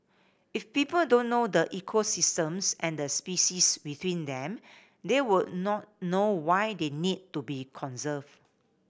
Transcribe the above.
if people don't know the ecosystems and the species within them they would not know why they need to be conserve